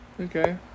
Okay